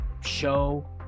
show